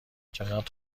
چقدر